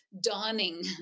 dawning